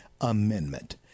amendment